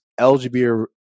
LGBT